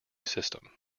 system